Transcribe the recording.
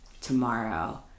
tomorrow